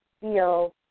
feel